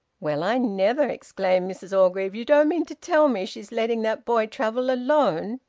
well, i never! exclaimed mrs orgreave. you don't mean to tell me she's letting that boy travel alone!